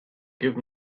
give